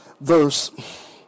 verse